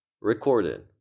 Recorded